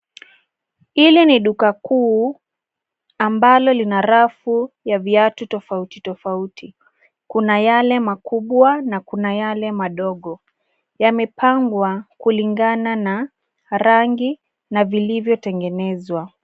Hili ni duka kuu ambalo lina rafu ya viatu tofauti tofauti. Kuna yale makubwa na kuna yale madogo. Yamepangwa kulingana na rangi na vilivyotengenezwa.